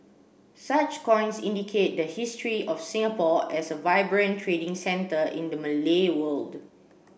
such coins indicate the history of Singapore as a vibrant trading centre in the Malay world